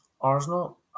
Arsenal